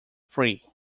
free